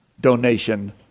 donation